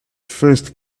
first